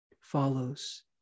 follows